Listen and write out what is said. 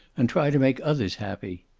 and try to make others happy.